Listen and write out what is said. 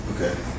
Okay